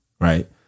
Right